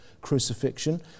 crucifixion